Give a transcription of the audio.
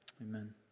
Amen